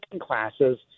classes